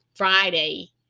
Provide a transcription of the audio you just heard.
Friday